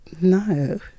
No